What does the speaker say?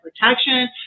protection